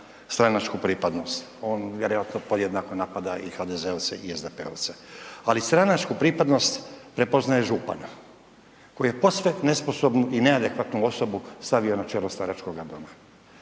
stranačku pripadnost, on vjerojatno podjednako napada i HDZ-ovce i SDP-ovce. Ali stranačku pripadnost prepoznaje župan koji je posve nesposobnu i neadekvatnu osobu stavio na čelo staračkoga doma.